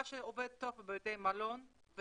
מה שעובד טוב בבתי מלון,